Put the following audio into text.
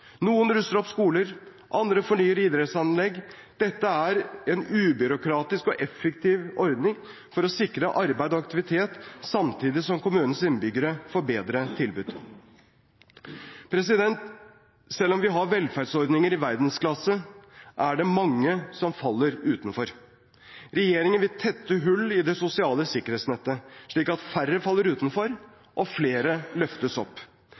Noen ruster opp skoler, andre fornyer idrettsanlegg. Dette er en ubyråkratisk og effektiv ordning for å sikre arbeid og aktivitet, samtidig som kommunens innbyggere får bedre tilbud. Selv om vi har velferdsordninger i verdensklasse, er det mange som faller utenfor. Regjeringen vil tette hull i det sosiale sikkerhetsnettet, slik at færre faller utenfor og flere løftes opp.